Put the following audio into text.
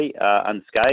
unscathed